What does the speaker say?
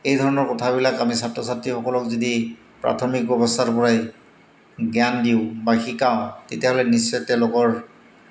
এই ধৰণৰ কথাবিলাক আমি ছাত্ৰ ছাত্ৰীসকলক যদি প্ৰাথমিক অৱস্থাৰ পৰাই জ্ঞান দিওঁ বা শিকাওঁ তেতিয়াহ'লে নিশ্চয় তেওঁলোকৰ